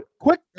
Quick